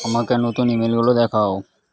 আমাকে নতুন ইমেলগুলো দেখাও